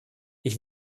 ich